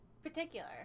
Particular